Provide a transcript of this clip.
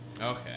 Okay